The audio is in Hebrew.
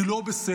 כי לא בסדר,